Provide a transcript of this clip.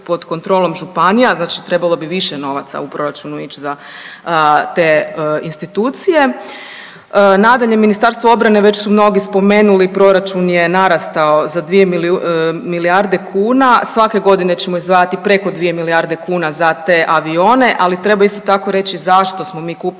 pod kontrolom županija, znači trebalo bi više novaca u proračunu ić za te institucije. Nadalje, Ministarstvo obrane već su mnogi spomenuli, proračun je narastao za 2 milijarde kuna, svake godine ćemo izdvajati preko 2 milijarde kuna za te avione, ali treba isto tako reći zašto smo mi kupili